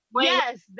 yes